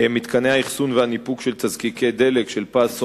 מתקני האחסון והניפוק של תזקיקי דלק של "פז",